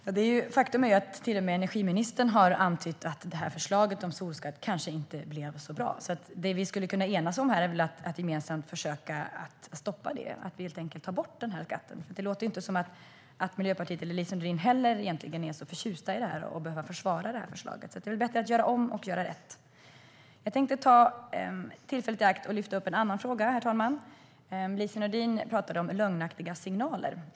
Herr talman! Faktum är att till och med energiministern har antytt att förslaget om solskatt kanske inte blev så bra, så det vi skulle kunna enas om här är väl att gemensamt försöka stoppa det, att helt enkelt ta bort den här skatten. Det låter ju inte som att Miljöpartiet och Lise Nordin heller egentligen är så förtjusta i att behöva försvara det här förslaget, så det är väl bättre att göra om och göra rätt. Herr talman! Jag tänkte ta tillfället i akt att lyfta upp en annan fråga. Lise Nordin pratade om lögnaktiga signaler.